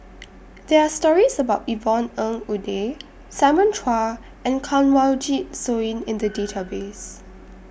There Are stories about Yvonne Ng Uhde Simon Chua and Kanwaljit Soin in The Database